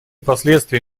последствия